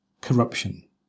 Corruption